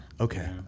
Okay